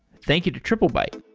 thank you to triplebyte